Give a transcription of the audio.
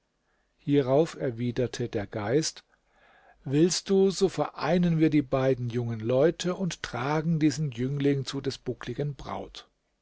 hierauf erwiderte der geist willst du so vereinen wir die beiden jungen leute und tragen diesen jüngling zu des buckligen braut